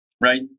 right